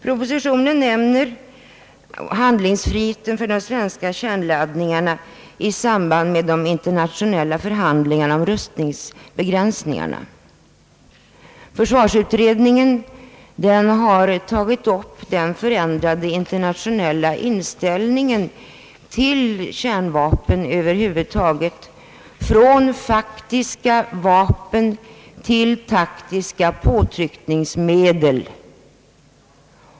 Propositionen nämner handlingsfriheten beträffande svenska kärnladdningar i samband med de internationella förhandlingarna om rustningsbegränsningarna. Försvarsutredningen har tagit upp den förändrade internationella inställningen till kärnvapnen över huvud taget, från faktiska vapen till taktiska påtryckningsmedel.